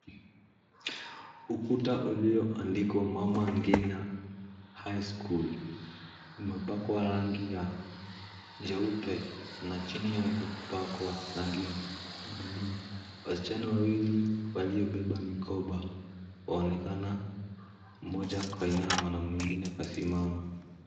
Ukuta ulioandikwa Mama Ngina High school imepakiwa rangi jeupe na chini yake imepakwa bluu. Wasichana wawili waliobeba mikobo waonekana mmoja akiwa ameinama na mwingine akasimama.